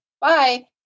Bye